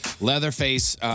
Leatherface